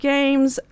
Games